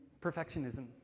perfectionism